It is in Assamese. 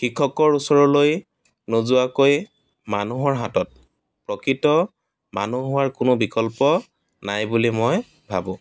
শিক্ষকৰ ওচৰলৈ নোযোৱাকৈ মানুহৰ হাতত প্ৰকৃত মানুহ হোৱাৰ কোনো বিকল্প নাই বুলি মই ভাবোঁ